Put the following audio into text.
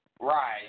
right